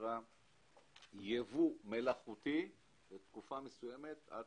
יבוא מלאכותי לתקופה מסוימת עד